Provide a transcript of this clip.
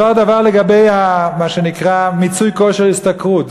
אותו הדבר לגבי מה שנקרא מיצוי כושר השתכרות,